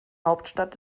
hauptstadt